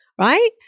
right